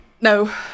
No